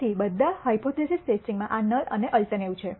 તેથી બધી હાયપોથીસિસ ટેસ્ટિંગમાં આ નલ અને અલ્ટરનેટિવ છે